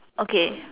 okay